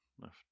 left